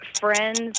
Friends